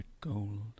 gold